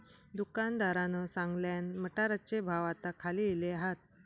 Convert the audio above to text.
दुकानदारान सांगल्यान, मटारचे भाव आता खाली इले हात